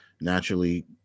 naturally